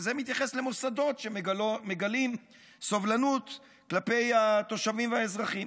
זה מתייחס למוסדות שמגלים סובלנות כלפי התושבים והאזרחים.